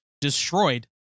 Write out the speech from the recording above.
destroyed